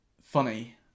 funny